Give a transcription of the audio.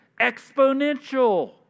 exponential